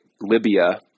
Libya